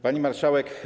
Pani Marszałek!